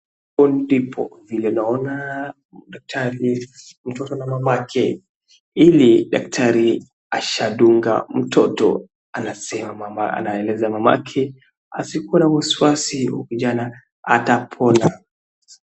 Hapo ndipo vile naona daktari, mtoto na mama yake, ili daktari ashadunga mtoto, anaeleza mamake asikuwe na wasiwasi kijana atapona.